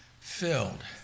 Filled